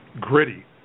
gritty